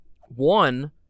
One